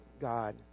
God